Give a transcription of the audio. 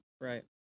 Right